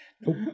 Nope